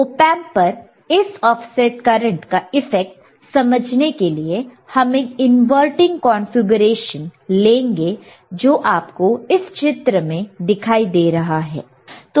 op amp पर इस offset current का इफेक्ट समझने के लिए हम एक इनवर्टिंग कॉन्फ़िगरेशन लेंगे जो आपको इस चित्र में दिखाई दे रहा है